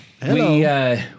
Hello